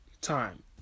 time